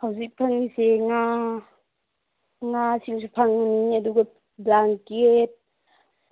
ꯍꯧꯖꯤꯛ ꯐꯪꯏꯁꯦ ꯉꯥ ꯉꯥꯁꯤꯡꯁꯨ ꯐꯪꯒꯅꯤ ꯑꯗꯨꯒ ꯕ꯭ꯂꯥꯡꯀꯦꯠ